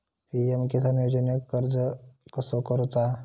PM Kisan योजनेक अर्ज कसो करायचो?